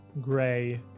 gray